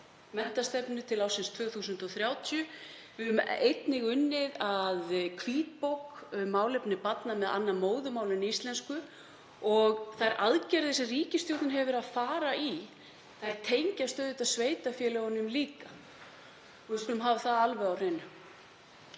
menntastefnu til ársins 2030. Við höfum einnig unnið að hvítbók um málefni barna með annað móðurmál en íslensku og þær aðgerðir sem ríkisstjórnin hefur verið að fara í tengjast auðvitað sveitarfélögunum líka. Við skulum hafa það alveg á hreinu.